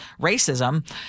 racism